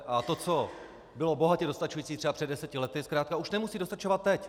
A to, co bylo bohatě dostačující třeba před deseti lety, zkrátka už nemusí dostačovat teď.